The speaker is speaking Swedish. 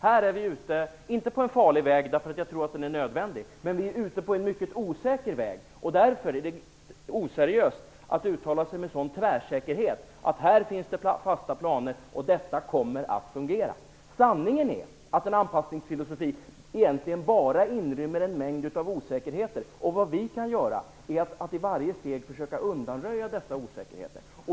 Här är vi ute, inte på en farlig väg, för jag tror att den är nödvändig, men vi är ute på en mycket osäker väg. Därför är det oseriöst att uttala sig med sådan tvärsäkerhet om att det här finns fasta planer och detta kommer att fungera. Sanningen är att en anpassningsfilosofi egentligen bara inrymmer en mängd osäkerheter. Det vi kan göra är att i varje steg försöka undanröja dessa osäkerheter.